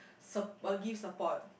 sup~ uh give support